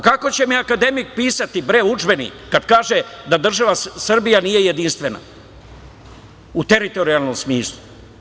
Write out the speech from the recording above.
Kako će mi akademik pisati udžbenik, kada kaže da država Srbija nije jedinstvena, u teritorijalnom smislu.